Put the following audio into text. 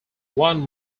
one